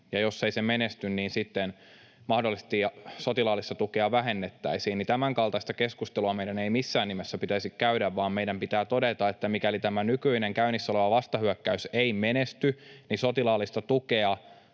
jos ei se menesty, niin sitten mahdollisesti sotilaallista tukea vähennettäisiin. Tämänkaltaista keskustelua meidän ei missään nimessä pitäisi käydä, vaan meidän pitää todeta, että mikäli tämä nykyinen käynnissä oleva vastahyökkäys ei menesty, niin sotilaallista tukea